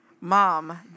Mom